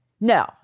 No